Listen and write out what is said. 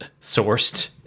sourced